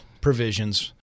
provisions